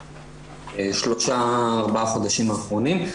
שלושה, ארבעה החודשים האחרונים.